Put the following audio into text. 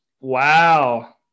Wow